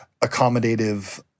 accommodative